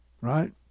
right